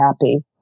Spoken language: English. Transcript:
happy